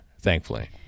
thankfully